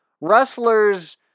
wrestlers